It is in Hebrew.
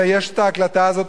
ויש ההקלטה הזאת,